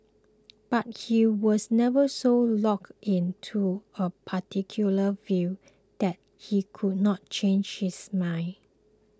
but he was never so locked in to a particular view that he could not change his mind